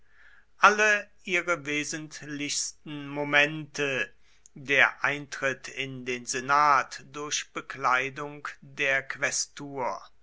alle ihre wesentlichsten momente der eintritt in den senat durch bekleidung der